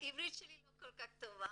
העברית שלי לא כל כך טובה.